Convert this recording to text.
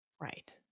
Right